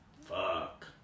Fuck